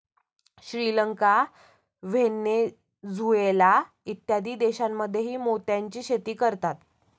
Sri Lanka, Venezuela इत्यादी देशांमध्येही मोत्याची शेती करतात